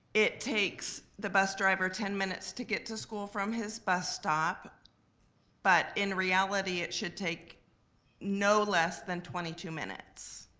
it takes the bus driver ten minutes to get to school from his bus stop but, in reality, it should take no less than twenty two minutes.